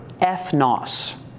ethnos